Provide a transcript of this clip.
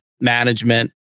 management